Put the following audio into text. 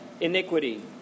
iniquity